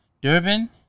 durban